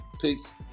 peace